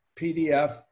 PDF